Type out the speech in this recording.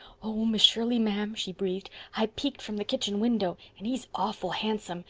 oh, miss shirley, ma'am, she breathed, i peeked from the kitchen window. and he's awful handsome.